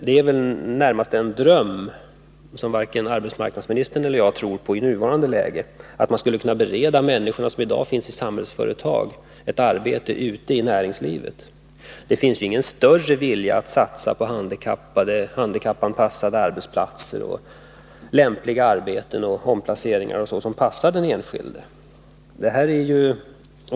Det är väl närmast en dröm, som varken arbetsmarknadsministern eller jag tror på i nuvarande läge, att man skall kunna bereda de människor som i dag finns i Samhällsföretag ett arbete ute i näringslivet. Det finns ju ingen större vilja att satsa på handikappanpassade arbetsplatser, lämpliga arbeten, omplaceringar osv. som passar den enskilde.